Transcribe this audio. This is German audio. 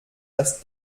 das